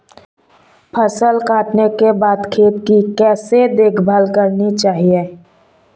फसल काटने के बाद खेत की कैसे देखभाल करनी चाहिए?